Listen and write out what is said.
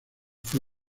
fue